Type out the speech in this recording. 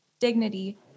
dignity